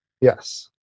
Yes